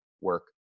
work